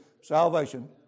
salvation